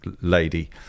lady